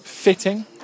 fitting